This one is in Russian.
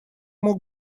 мог